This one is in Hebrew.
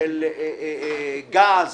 של חברות גז,